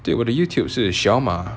对我 the YouTube 是小马